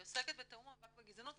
היא עוסקת בתיאום המאבק בגזענות.